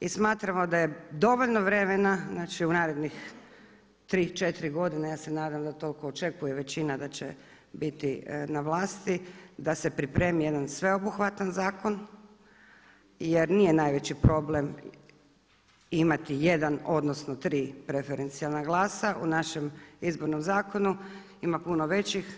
I smatramo da je dovoljno vremena znači u narednih 3, 4 godine, ja se nadam da toliko očekuje većina da će biti na vlasti da se pripremi jedan sveobuhvatan zakon jer nije najveći problem imati jedan odnosno tri preferencijalna glasa u našem izbornom zakonu, ima puno većih.